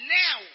now